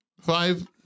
five